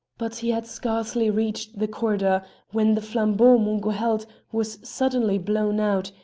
but he had scarcely reached the corridor when the flambeau mungo held was suddenly blown out,